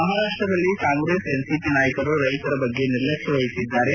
ಮಹಾರಾಷ್ಷದಲ್ಲಿ ಕಾಂಗ್ರೆಸ್ ಎನ್ಸಿಪಿ ನಾಯಕರು ರೈತರ ಬಗ್ಗೆ ನಿರ್ಲಕ್ಷ್ಮ ವಹಿಸಿದ್ದಾರೆ